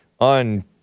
on